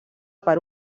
per